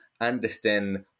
understand